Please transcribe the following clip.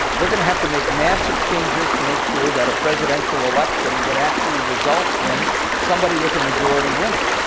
we're going to have to make massive changes to make sure that a presidential election would actually result in somebody with a majority winning.